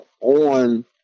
on